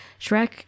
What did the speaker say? Shrek